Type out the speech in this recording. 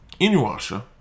Inuasha